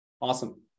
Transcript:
Awesome